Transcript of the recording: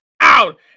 out